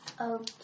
Okay